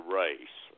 race